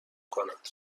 کند